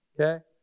okay